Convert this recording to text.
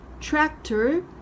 Tractor